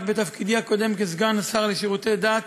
רק בתפקידי הקודם כסגן השר לשירותי דת